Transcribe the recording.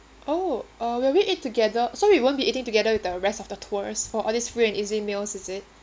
oh uh will we eat together so we won't be eating together with the rest of the tours for all these free and easy meals is it